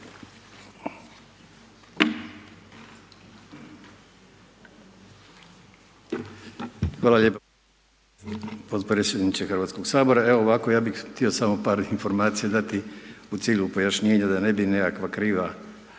Hvala lijepo potpredsjedniče Hrvatskog sabora. Ovako ja bi htio samo par informacija dati u cilju pojašnjenja da ne bi nekakva kriva